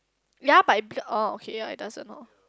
ya but becau~ orh okay ya it doesn't lor